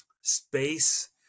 space